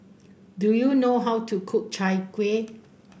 do you know how to cook Chai Kueh